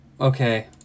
Okay